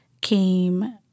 came